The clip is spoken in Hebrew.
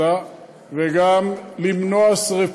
עשר דקות.